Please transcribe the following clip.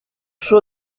chaud